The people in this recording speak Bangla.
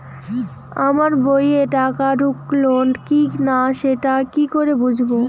আমার বইয়ে টাকা ঢুকলো কি না সেটা কি করে বুঝবো?